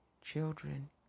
children